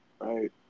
Right